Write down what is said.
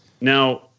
Now